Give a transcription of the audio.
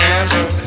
answer